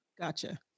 Gotcha